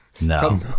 No